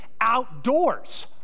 outdoors